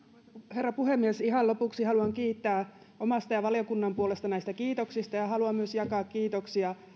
herra puhemies ihan lopuksi haluan kiittää omasta ja valiokunnan puolesta näistä kiitoksista ja haluan myös jakaa kiitoksia